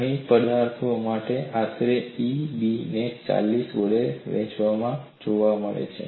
ઘણી પદાર્થઓ માટે તે આશરે Eb ને 40 વડે વહેંચાયેલું જોવા મળે છે